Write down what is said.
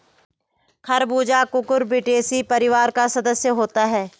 खरबूजा कुकुरबिटेसी परिवार का सदस्य होता है